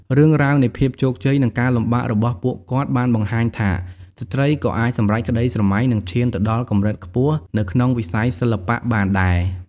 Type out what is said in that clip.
រឿងរ៉ាវនៃភាពជោគជ័យ និងការលំបាករបស់ពួកគាត់បានបង្ហាញថា ស្ត្រីក៏អាចសម្រេចក្ដីស្រមៃ និងឈានទៅដល់កម្រិតខ្ពស់នៅក្នុងវិស័យសិល្បៈបានដែរ។